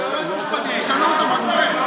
יש יועץ משפטי, תשאלו אותו מה קורה.